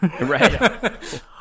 Right